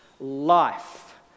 life